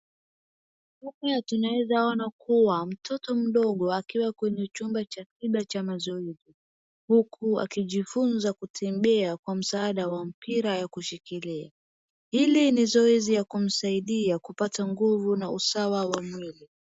Hapa tunaezaona kuwa mtoto mdogo akiwa kwenye chumba cha tiba cha mazoezi huku akijifunza kutembea kwa msaada wa mpira ya kushikilia. Hili ni zoezi ya kumsaidia kupata nguvu na usawa wa mwili.